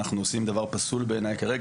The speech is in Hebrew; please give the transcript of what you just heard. אנחנו עושים דבר פסול בעיניי כרגע.